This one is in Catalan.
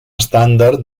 estàndard